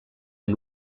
amb